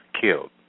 killed